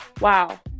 wow